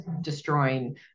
destroying